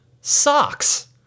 Socks